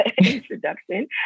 introduction